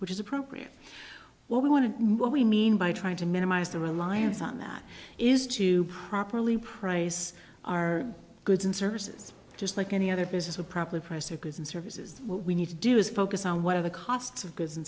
which is appropriate what we want to what we mean by trying to minimize the reliance on that is to properly price our goods and services just like any other business would probably price of goods and services what we need to do is focus on what are the costs of goods and